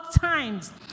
times